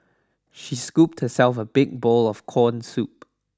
she scooped herself a big bowl of corn soup